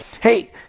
Hey